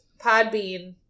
Podbean